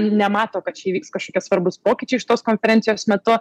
nemato kad čia įvyks kažkokie svarbūs pokyčiai šitos konferencijos metu